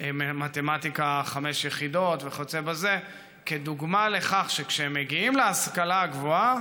מתמטיקה חמש יחידות וכיוצא בזה כדוגמה לכך שכשהם מגיעים להשכלה הגבוהה,